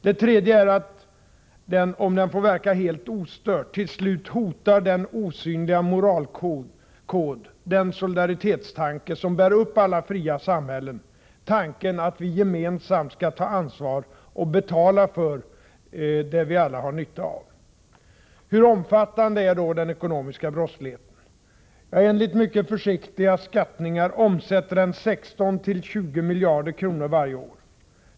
Det tredje är att den, om den får verka helt ostört, till slut hotar den osynliga moralkod — den solidaritetstanke — som bär upp alla fria samhällen: tanken att vi gemensamt skall ta ansvar och betala för det vi alla har nytta av. Hur omfattande är då den ekonomiska brottsligheten? Ja, enligt mycket försiktiga skattningar omsätter den 16-20 miljarder kronor varje år.